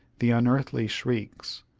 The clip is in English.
the unearthly shrieks,